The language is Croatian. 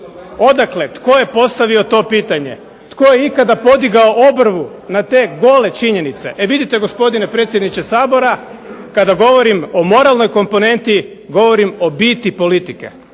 Odakle? Tko je postavio to pitanje? Tko je ikada podigao obrvu na te gole činjenice? E vidite gospodine predsjedniče Sabora, kada govorim o moralnoj komponenti, govorim o biti politike.